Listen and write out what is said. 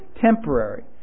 temporary